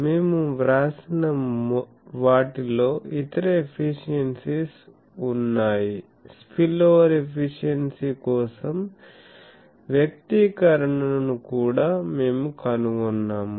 మేము వ్రాసిన వాటిలో ఇతర ఎఫిషియెన్సీస్ ఉన్నాయి స్పిల్ఓవర్ ఎఫిషియెన్సీ కోసం వ్యక్తీకరణను కూడా మేము కనుగొన్నాము